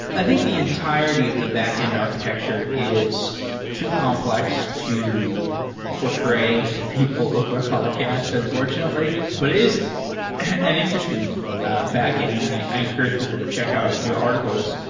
i think the entirety of the backend architecture is too complex to portray to people over a podcast unfortunately, but it is an interesting backend, and i encourage people to check out your articles,